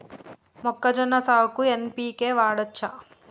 మొక్కజొన్న సాగుకు ఎన్.పి.కే వాడచ్చా?